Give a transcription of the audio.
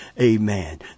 amen